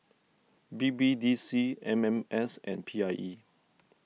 B B D C M M S and P I E